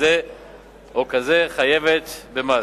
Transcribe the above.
כזה חייבת במס.